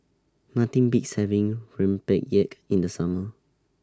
Nothing Beats having Rempeyek in The Summer